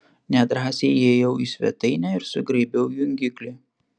nedrąsiai įėjau į svetainę ir sugraibiau jungiklį